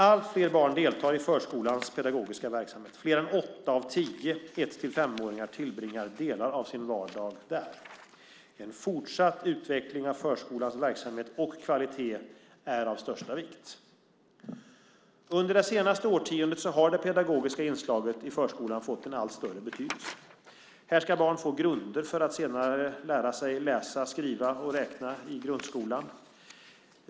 Allt fler barn deltar i förskolans pedagogiska verksamhet. Fler än åtta av tio 1-5-åringar tillbringar delar av sin vardag där. En fortsatt utveckling av förskolans verksamhet och kvalitet är av största vikt. Under det senaste årtiondet har det pedagogiska inslaget i förskolan fått en allt större betydelse. Här ska barn få grunder för att senare lära sig läsa, räkna och skriva i grundskolan.